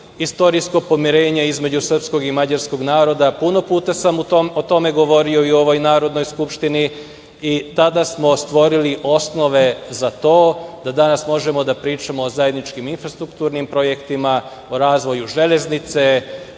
istorijsko pomirenje između srpskog i mađarskog naroda. Puno puta sam o tome govorio i u ovoj Narodnoj skupštini i tada smo stvorili osnove za to da danas možemo da pričamo o zajedničkim infrastrukturnim projektima, o razvoju železnice,